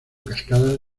cascadas